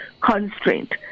constraint